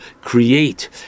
create